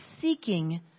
seeking